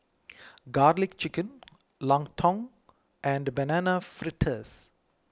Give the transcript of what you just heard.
Garlic Chicken Lontong and Banana Fritters